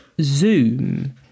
Zoom